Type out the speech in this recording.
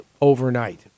overnight